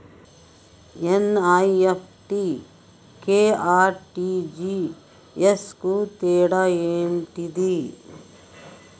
NEFT కి RTGS కు తేడా ఏంటిది?